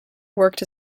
worked